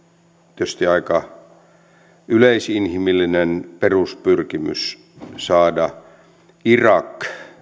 tietysti aika yleisinhimillinen peruspyrkimys saada irak